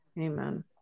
Amen